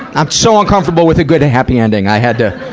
i'm so uncomfortable with a good, happy ending. i had to,